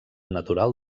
natural